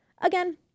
Again